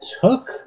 took